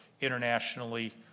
internationally